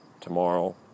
tomorrow